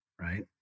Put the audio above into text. right